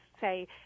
say